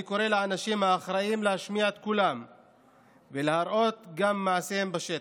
אני קורא לאנשים האחראים להשמיע את קולם ולהראות גם מעשים בשטח.